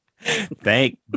Thank